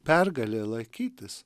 pergalė laikytis